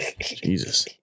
Jesus